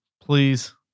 Please